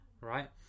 right